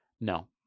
No